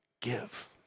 give